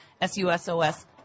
S-U-S-O-S